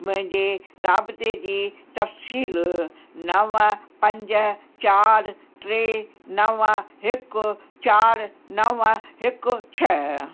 मुंहिंजे राब्ते जी तफ़सील नव पंज चार टे नव हिकु चार नव हिकु छ्ह